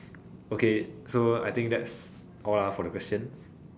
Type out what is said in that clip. okay so I think that's all ah for the question